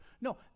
No